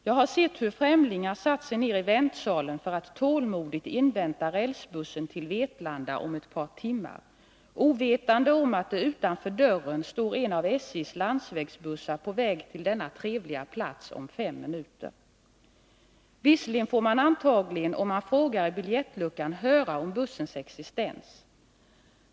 Jag har sett hur främlingar satt sig ned i väntsalen för att tålmodigt invänta rälsbussen till Vetlanda om ett par timmar, ovetande om att utanför dörren står en av SJ:s landsvägsbussar klar att avgå till denna trevliga plats om fem minuter. Visserligen får man antagligen, om man frågar i biljettluckan, höra om bussens existens.